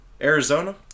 Arizona